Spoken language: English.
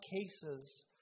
cases